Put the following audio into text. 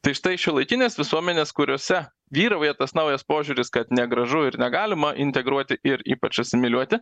tai štai šiuolaikinės visuomenės kuriose vyrauja tas naujas požiūris kad negražu ir negalima integruoti ir ypač asimiliuoti